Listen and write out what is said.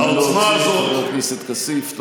נא להוציא את חבר הכנסת כסיף.